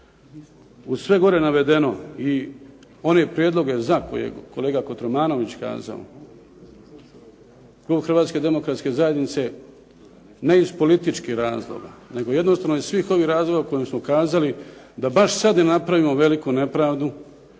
Uz sve gore navedeno i one prijedloge za koje je kolega Kotromanović kazao, Klub Hrvatske demokratske zajednice, ne iz političkih razloga, nego jednostavno iz svih ovih razloga koje smo kazali, da baš sada ne napravimo veliku nepravdu